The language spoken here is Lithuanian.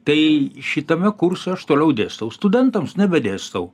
tai šitame kurse aš toliau dėstau studentams nebedėstau